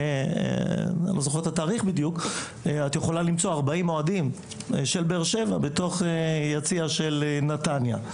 את יכולה למצוא 40 אוהדים של באר שבע בתוך יציע של נתניה.